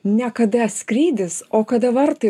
ne kada skrydis o kada vartai